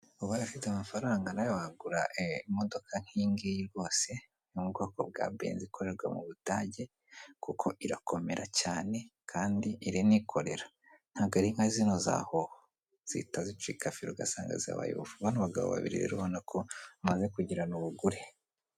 Ubaye ufite amafaranga nawe wagura imodoka nk'iyi ngiyi rwose yo mu bwoko bwa Benzi ikorerwa mu Budage kuko irakomera cyane kandi iranikorera ntabwo ari nka zino za Hoho zihita zicika feri ugasanga zabaye ubufu, bano bagabo babiri rero bamaze kugirana ubugure.